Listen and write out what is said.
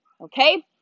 okay